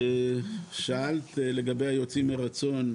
שאלת לגבי היוצאים מרצון,